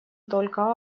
только